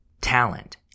talent